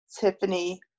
tiffany